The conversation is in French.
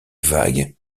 vagues